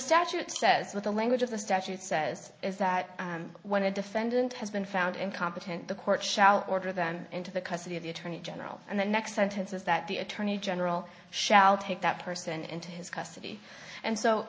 statute says what the language of the statute says is that when a defendant has been found incompetent the court shall order them into the custody of the attorney general and the next sentence is that the attorney general shall take that person into his custody and so